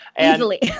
easily